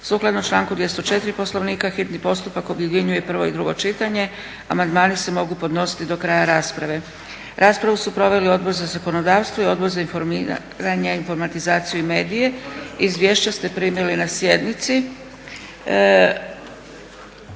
Sukladno članku 204. Poslovnika hitni postupak objedinjuje prvo i drugo čitanje. Amandmani se mogu podnositi do kraja rasprave. Raspravu su proveli Odbor za zakonodavstvo i Odbor za informiranje, informatizaciju i medije. Izvješća ste primili na sjednici.